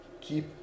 keep